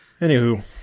Anywho